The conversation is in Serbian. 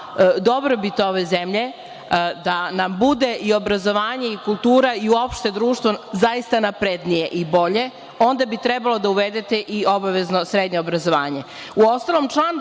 dobrobit ove zemmlje, da nam bude obrazovanje, kultura i uopšte društvo zaista naprednije i bolje, onda bi trebalo da uvedete i obavezno srednje obrazovanje. Uostalom,